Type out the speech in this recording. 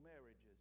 marriages